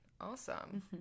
awesome